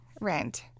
rent